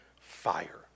fire